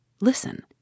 Listen